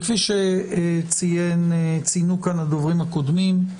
כפי שציינו כאן הדוברים הקודמים,